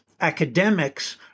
academics